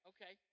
Okay